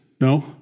No